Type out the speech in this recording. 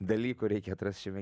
dalykų reikia atrast šiame